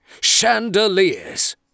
CHANDELIERS